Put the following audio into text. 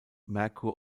merkur